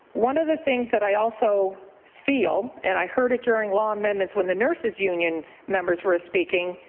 one of the things that i also feel, and i heard it during law amendments when the nurses union members were speaking,